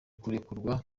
kurekurwa